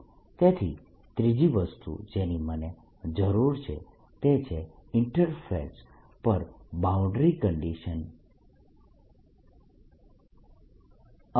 તેથી ત્રીજી વસ્તુ જેની મને જરૂર છે તે છે ઇન્ટરફેસ પર બાઉન્ડ્રી કન્ડીશન્સ